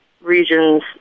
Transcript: regions